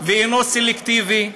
ואינו סלקטיבי,